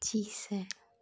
जी sir